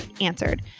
answered